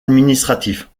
administratif